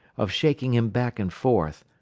of shaking him back and forth,